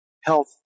health